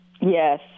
Yes